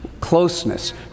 closeness